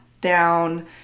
down